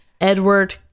Edward